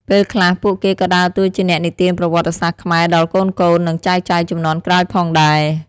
ពេលខ្លះ ពួកគេក៏ដើរតួជាអ្នកនិទានប្រវត្តិសាស្ត្រខ្មែរដល់កូនៗ និងចៅៗជំនាន់ក្រោយផងដែរ។